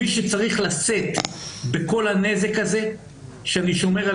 מי שצריך לשאת בכל הנזק הזה שאני שומר על